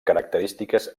característiques